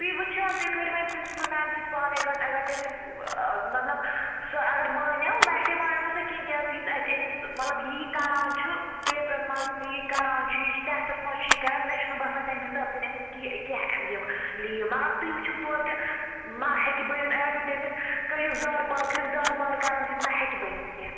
تُہۍ وٕچھُو تُہۍ کٔرِو وۄنۍ پرنسپٕل میم سۭتۍ پانَے کَتھ اگر تٔمِس مطلب سۄ اگر مانیو ویسے مانیو نہٕ سۄ کِہیٖنۍ کیٛازِکہِ یُس اَسہِ أمۍ سُنٛد مطلب یہِیہِ کران چھُ پٮ۪پرَن منٛز تہِ یہِ کران چھُ یہِ ٹیسٹَس منٛز چھُ یہِ کران مےٚ چھِنہٕ باسان تٔمۍ حساب دِن أمِس کینٛہہ کیٚںہہ یِم لیٖو مگر تُہۍ وٕچھِو توتہِ ما ہٮ۪کہِ بٔنِتھ اگر تُہۍ تٔمِس کٔرِو زارٕ پارٕ کٔرِو زارٕ پارٕ کَرٕنہٕ سۭتۍ ما ہٮ۪کہِ بٔنِتھ کیٚنہہ